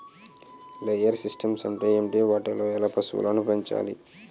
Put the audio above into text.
Layer systems అంటే ఏంటి? వాటిలో ఎలా పశువులను పెంచాలి?